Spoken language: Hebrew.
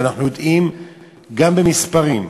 ואנחנו יודעים גם במספרים,